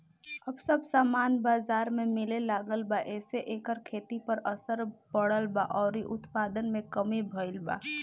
अब सब सामान बजार में मिले लागल बा एसे एकर खेती पर असर पड़ल बा अउरी उत्पादन में कमी भईल बा